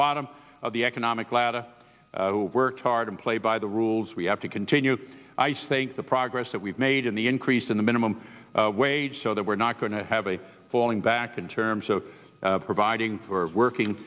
bottom of the economic ladder who work hard and play by the rules we have to continue i think the progress that we've made in the increase in the minimum wage so that we're not going to have a falling back in terms of providing for working